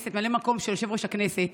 מקום יושב-ראש הכנסת